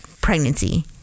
pregnancy